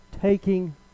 taking